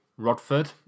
Rodford